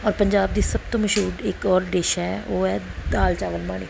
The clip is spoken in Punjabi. ਔਰ ਪੰਜਾਬ ਦੀ ਸਭ ਤੋਂ ਮਸ਼ਹੂਰ ਇੱਕ ਔਰ ਡਿਸ਼ ਹੈ ਉਹ ਹੈ ਦਾਲ ਚਾਵਲ ਮਾਣੀ